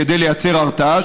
כדי לייצר הרתעה,